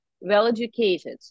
well-educated